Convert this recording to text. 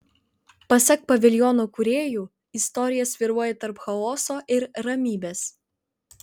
pasak paviljono kūrėjų istorija svyruoja tarp chaoso ir ramybės